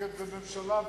המחוקקת והממשלה,